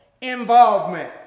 involvement